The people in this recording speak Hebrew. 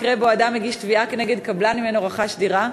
מקרה שבו אדם מגיש תביעה כנגד קבלן שהוא רכש ממנו דירה,